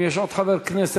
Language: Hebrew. אם יש עוד חבר כנסת,